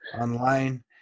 online